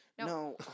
No